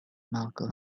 malco